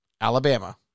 Alabama